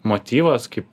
motyvas kaip